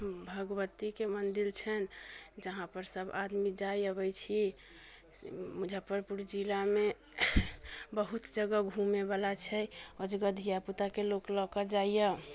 भगवतीके मन्दिर छनि जहाँ पर सभ आदमी जाइ अबै छी मुजफ्फरपुर जिलामे बहुत जगह घुमेवला छै ओइ जगह धियापुताके लऽ कऽ लोग जाइए